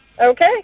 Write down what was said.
Okay